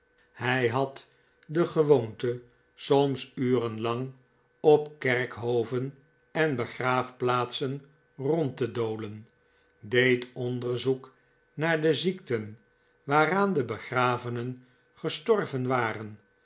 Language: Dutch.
hij had de gewoonte soms uren lang op kerkhoven en begraafplaatsen rond te dolen deed onderzoek naar de ziekten waaraan de begravenen gestorven waren